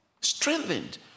Strengthened